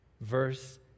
verse